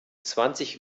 zwanzig